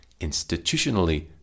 institutionally